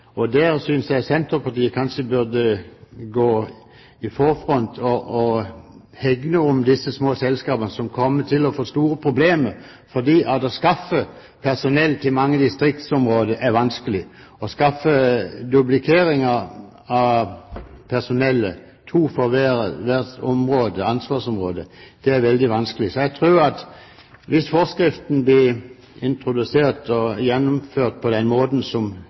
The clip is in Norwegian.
selskaper. Der synes jeg Senterpartiet kanskje burde gå i front og hegne om disse små selskapene som kommer til å få store problemer, for å skaffe personell til mange distriktsområder er vanskelig. Å få til en dublering av personellet, to for hvert ansvarsområde, er veldig vanskelig. Jeg tror at hvis forskriften blir introdusert og gjennomført på den måten som